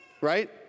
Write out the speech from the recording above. right